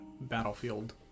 battlefield